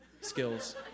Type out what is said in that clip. skills